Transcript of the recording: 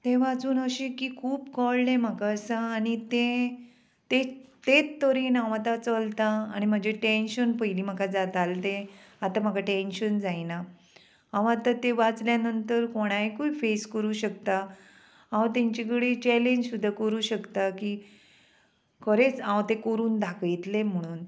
तें वाचून अशें की खूब कळ्ळें म्हाका आसा आनी तें तें तेच तरेन हांव आतां चलतां आनी म्हाजें टेंशन पयलीं म्हाका जातालें तें आतां म्हाका टेंशन जायना हांव आतां तें वाचल्या नंतर कोणायकूय फेस करूं शकता हांव तेंचे कडे चॅलेंज सुद्दां करूं शकता की खरेंच हांव तें करून दाखयतलें म्हणून